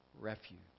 refuge